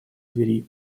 двери